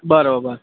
બરોબર